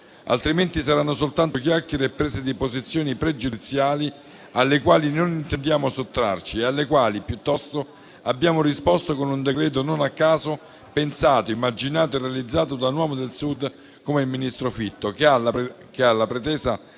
Altrimenti, saranno soltanto chiacchiere e prese di posizione pregiudiziali, alle quali intendiamo sottrarci e alle quali piuttosto abbiamo risposto con un decreto-legge, non a caso pensato, immaginato e realizzato da un uomo del Sud come il ministro Fitto, che ha la pretesa,